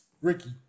Ricky